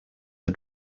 the